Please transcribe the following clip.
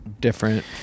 different